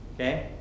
okay